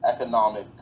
economic